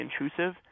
intrusive